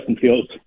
Fields